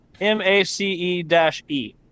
M-A-C-E-dash-E